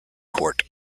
court